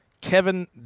Kevin